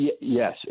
yes